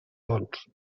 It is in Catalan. gols